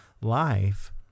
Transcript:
life